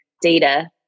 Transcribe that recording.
data